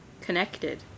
connected